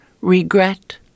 regret